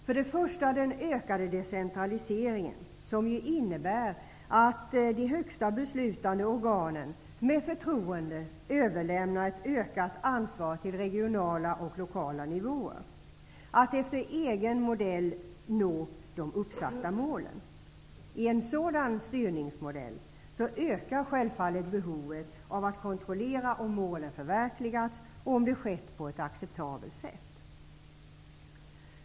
För det första har vi den ökade decentraliseringen, som ju innebär att de högsta beslutande organen med förtroende överlämnar ett ökat ansvar till organ på regionala och lokala nivåer att efter egen modell nå de uppsatta målen. I en sådan styrningsmodell ökar självfallet behovet av att kontrollera om målen förverkligats och om det skett på ett acceptabelt sätt.